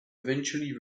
eventually